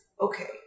Okay